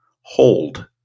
hold